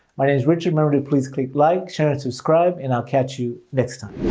my name is richard. remember to please click like, share, and subscribe and i'll catch you next time.